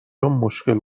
مشکل